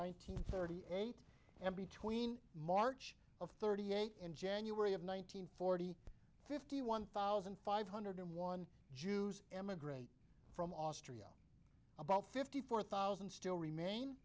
nineteen thirty eight and between march of thirty eight in january of one nine hundred forty fifty one thousand five hundred one jews emigrate from austria about fifty four thousand still remain